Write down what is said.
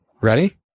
ready